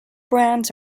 brands